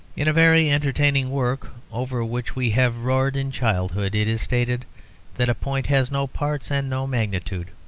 in a very entertaining work, over which we have roared in childhood, it is stated that a point has no parts and no magnitude.